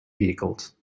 vehicles